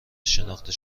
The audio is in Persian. شناخته